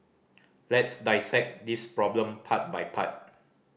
let's dissect this problem part by part